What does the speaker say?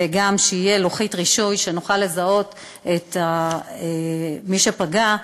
וגם לוחית רישוי כדי שנוכל לזהות את מי שפגע,